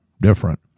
different